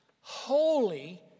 holy